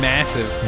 Massive